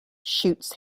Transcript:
shoots